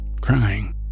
crying